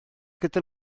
gyda